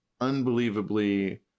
unbelievably